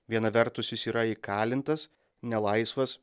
viena vertus jis yra įkalintas nelaisvas